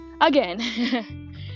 Again